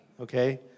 okay